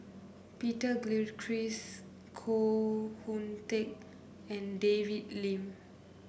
Peter Gilchrist Koh Hoon Teck and David Lim